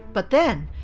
but then,